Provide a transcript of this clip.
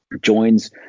joins